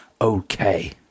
okay